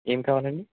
ఏం కావాలండి